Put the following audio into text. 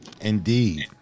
Indeed